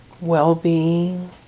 well-being